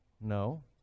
No